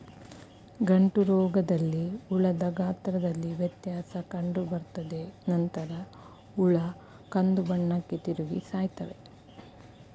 ಗಂಟುರೋಗದಲ್ಲಿ ಹುಳದ ಗಾತ್ರದಲ್ಲಿ ವ್ಯತ್ಯಾಸ ಕಂಡುಬರ್ತದೆ ನಂತರ ಹುಳ ಕಂದುಬಣ್ಣಕ್ಕೆ ತಿರುಗಿ ಸಾಯ್ತವೆ